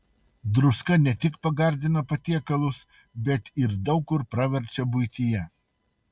druska ne tik pagardina patiekalus bet ir daug kur praverčia buityje